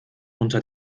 unter